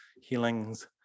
healings